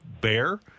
bear